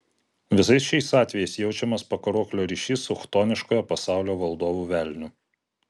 visais šiais atvejais jaučiamas pakaruoklio ryšys su chtoniškojo pasaulio valdovu velniu